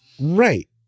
Right